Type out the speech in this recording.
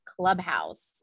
Clubhouse